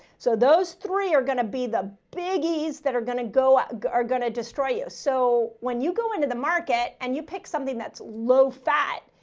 so those three are going to be the biggies that are going to go ah out are going to destroy us. so when you go into the market and you pick something that's low fat,